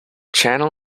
channel